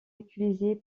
utilisés